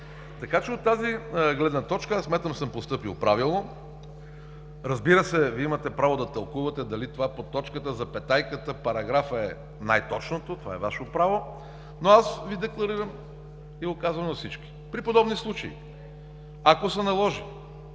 Така че от тази гледна точка аз смятам, че съм постъпил правилно. Разбира се, Вие имате право да тълкувате дали това по точката, запетайката, параграфа е най-точното. Това е Ваше право, но аз Ви декларирам и го казвам на всички: при подобни случаи, ако се наложи